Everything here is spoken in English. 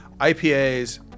IPAs